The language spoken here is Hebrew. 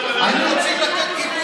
אתה לא חושב שזכויות אדם,